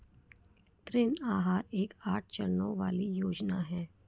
ऋण आहार एक आठ चरणों वाली योजना है